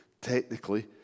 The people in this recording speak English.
technically